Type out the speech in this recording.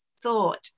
thought